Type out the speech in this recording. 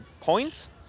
points